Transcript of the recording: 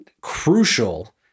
crucial